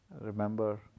Remember